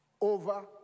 over